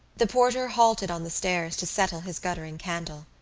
the porter halted on the stairs to settle his guttering candle.